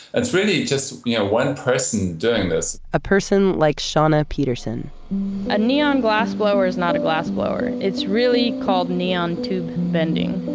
it's really just you know one person doing this a person like shawna peterson a neon glass blower is not a glass blower. it's really called neon tube bending.